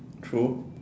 true